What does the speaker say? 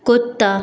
कुत्ता